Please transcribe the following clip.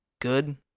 good